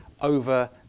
over